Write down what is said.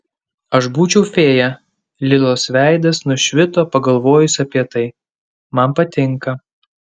aš būčiau fėja lilos veidas nušvito pagalvojus apie tai man patinka